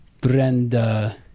Brenda